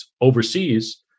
overseas